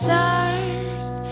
Stars